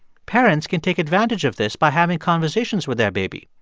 parents can take advantage of this by having conversations with their baby.